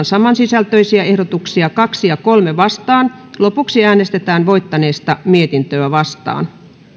samansisältöisiä ehdotuksia kaksi ja kolmeen vastaan ja lopuksi voittaneesta mietintöä vastaan